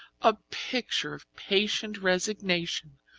a picture of patient resignation,